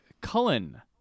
Cullen